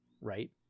right